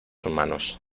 humanos